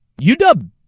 UW